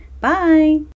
Bye